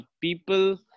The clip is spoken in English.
people